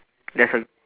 there's a